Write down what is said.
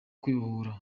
kwibohora